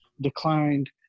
declined